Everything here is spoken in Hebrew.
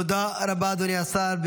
תודה רבה, אדוני השר.